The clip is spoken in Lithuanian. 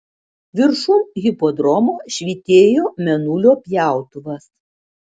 viršum hipodromo švytėjo mėnulio pjautuvas